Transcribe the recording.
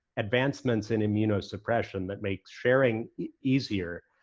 advancements in immunosuppression that makes sharing easier,